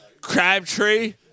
Crabtree